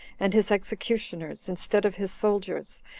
and his executioners instead of his soldiers,